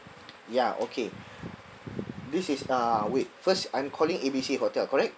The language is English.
ya okay this is uh wait first I'm calling A B C hotel correct